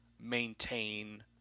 maintain